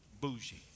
Bougie